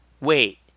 Wait